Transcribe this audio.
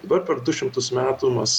dar per du šimtus metų mes